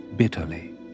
bitterly